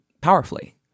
powerfully